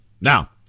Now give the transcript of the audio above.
Now